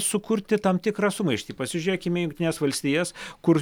sukurti tam tikrą sumaištį pasižiūrėkime į jungtines valstijas kur